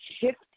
shift